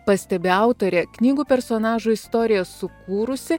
pastebi autorė knygų personažo istoriją sukūrusi